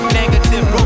negative